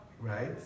right